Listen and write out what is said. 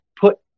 put